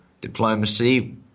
diplomacy